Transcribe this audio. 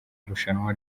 irushanwa